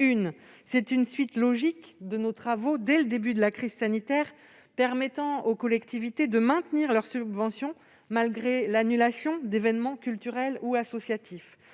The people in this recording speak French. une. C'est une suite logique de nos travaux, dès le début de la crise sanitaire, permettant aux collectivités de maintenir leurs subventions, malgré l'annulation d'événements culturels ou associatifs.